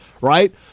right